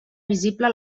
visible